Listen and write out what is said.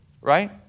right